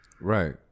Right